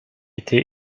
été